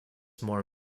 more